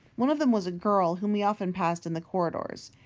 one of them was a girl whom he often passed in the corridors.